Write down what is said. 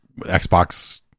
Xbox